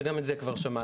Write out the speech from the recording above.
שגם את זה כבר שמעתי,